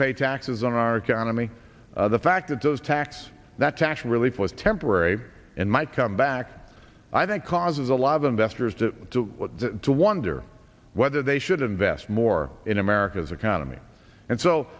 pay taxes on our economy the fact that those tax that tax relief was temporary and might come back i think causes a lot of investors to do to wonder whether they should invest more in america's economy and so